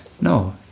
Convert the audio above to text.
no